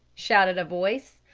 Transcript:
shouted a voice,